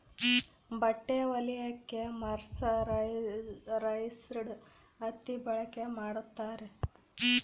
ಬಟ್ಟೆ ಹೊಲಿಯಕ್ಕೆ ಮರ್ಸರೈಸ್ಡ್ ಹತ್ತಿ ಬಳಕೆ ಮಾಡುತ್ತಾರೆ